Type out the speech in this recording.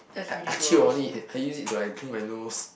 I I chew on it I use it to like clean my nose